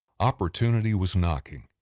opportunity was knocking.